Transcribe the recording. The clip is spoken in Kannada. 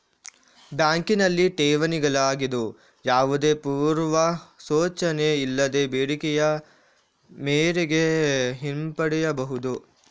ಬ್ಯಾಂಕಿನಲ್ಲಿ ಠೇವಣಿಗಳಾಗಿದ್ದು, ಯಾವುದೇ ಪೂರ್ವ ಸೂಚನೆ ಇಲ್ಲದೆ ಬೇಡಿಕೆಯ ಮೇರೆಗೆ ಹಿಂಪಡೆಯಬಹುದು